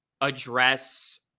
address